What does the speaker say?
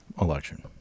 election